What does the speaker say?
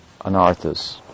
anarthas